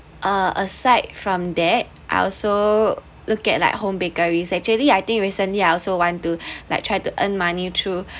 uh aside from that I also look at like home bakeries actually I think recently I also want to like try to earn money through